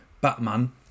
Batman